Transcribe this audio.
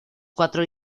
cuatro